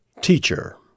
Teacher